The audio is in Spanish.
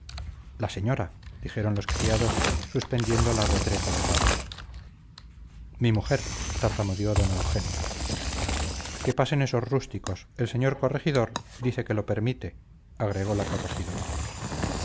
la señora dijeron los criados suspendiendo la retreta de palos mi mujer tartamudeó don eugenio que pasen esos rústicos el señor corregidor dice que lo permite agregó la corregidora